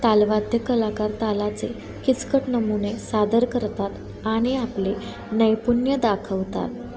तालवाद्य कलाकार तालाचे किचकट नमुने सादर करतात आणि आपले नैपुण्य दाखवतात